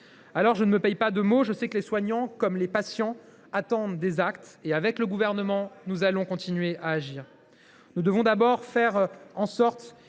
Alors, je ne me paie pas de mots : je sais que les soignants, comme les patients, attendent des actes et, avec mon gouvernement, nous allons continuer à agir. Nous devons d’abord faire en sorte